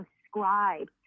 subscribe